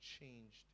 changed